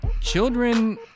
children